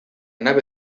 nave